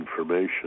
information